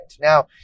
Now